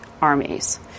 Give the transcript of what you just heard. armies